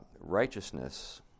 righteousness